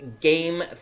Game